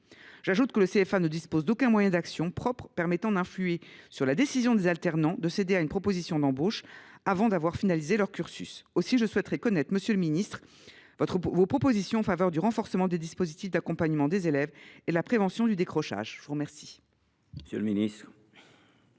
J’ajoute que le CFA ne dispose d’aucun moyen d’action propre permettant d’influer sur la décision des alternants de céder à une proposition d’embauche avant d’avoir finalisé leur cursus. Aussi, monsieur le ministre, je souhaite connaître vos propositions en faveur du renforcement des dispositifs d’accompagnement des élèves et de la prévention du décrochage. La parole est à M. le ministre.